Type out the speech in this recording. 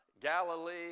Galilee